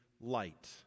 light